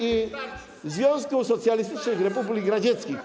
i Związku Socjalistycznych Republik Radzieckich.